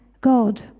God